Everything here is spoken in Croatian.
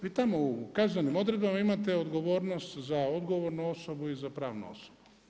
Vi tamo u kaznenim odredbama imate odgovornost za odgovornu osobu i za pravnu osobu.